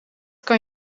kan